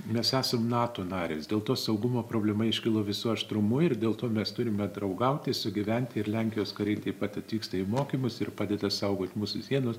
mes esam nato narės dėl to saugumo problema iškilo visu aštrumu ir dėl to mes turime draugauti sugyventi ir lenkijos kariai taip pat atvyksta į mokymus ir padeda saugoti mūsų sienas